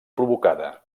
provocada